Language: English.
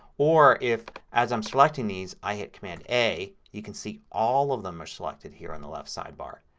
or if, as i'm selecting these i hit command a, you can see all of them are selected here on the left sidebar.